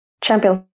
Champions